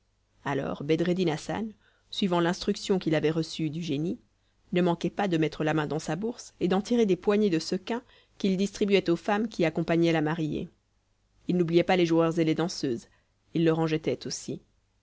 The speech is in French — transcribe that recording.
alors bedreddin hassan suivant l'instruction qu'il avait reçue du génie ne manquait pas de mettre la main dans sa bourse et d'en tirer des poignées de sequins qu'il distribuait aux femmes qui accompagnaient la mariée il n'oubliait pas les joueurs et les danseurs il leur en jetait aussi